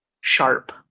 sharp